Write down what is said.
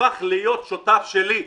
הפך להיות שותף שלי,